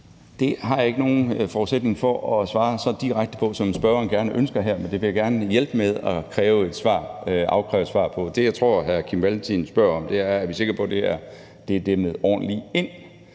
Det har jeg ikke nogen forudsætning for at svare så direkte på, som spørger gerne ønsker her, men det vil jeg gerne hjælpe med at afkræve et svar på. Det, jeg tror hr. Kim Valentin spørger om, er, om vi er sikre på, at det er dæmmet ordentligt ind